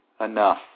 enough